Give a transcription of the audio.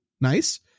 Nice